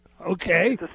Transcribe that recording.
Okay